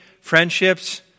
friendships